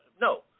no